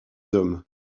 hommes